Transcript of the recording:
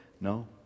No